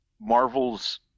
Marvel's